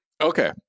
Okay